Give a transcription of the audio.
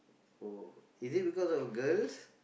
oh is it because of girls